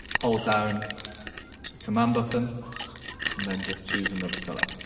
hold down the command button and then just choose another colour.